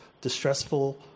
distressful